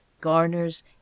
garners